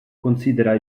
considera